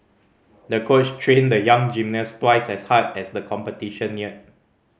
the coach trained the young gymnast twice as hard as the competition neared